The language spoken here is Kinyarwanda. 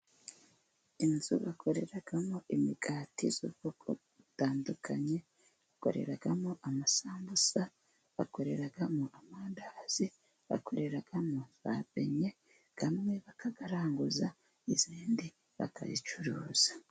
Inzu bakoreramo imigati y'ubwoko butandukanye, bakoreramo amasambusa, bakoreramo amandazi, bakoreramo za benye, amwe bakayaranguza, izindi bakayicuruza.